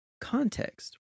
context